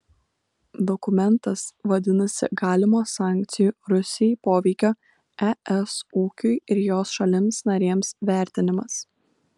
dokumentas vadinasi galimo sankcijų rusijai poveikio es ūkiui ir jos šalims narėms vertinimas